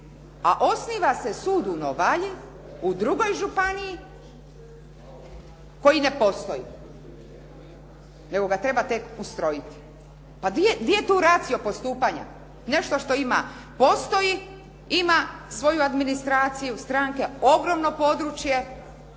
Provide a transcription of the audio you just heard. a osniva se sud u Novalji u drugoj županiji koji ne postoji. Nego ga treba tek ustrojiti. Pa gdje je to racio postupanja. Nešto što ima postoji, ima svoju administraciju, stranke, ogromno područje,